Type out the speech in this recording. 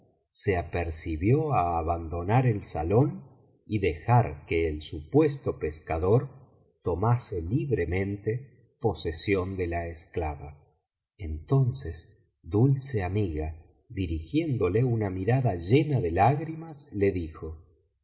se apercibió á abandonar el salón y dejar que el supuesto pescador tomase libremente posesión de la esclava entonces dulce amiga dirigiéndole una mirada llena de lágrimas le dijo